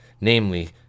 namely